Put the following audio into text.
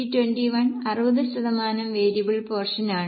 B21 60 ശതമാനം variable portion ആണ്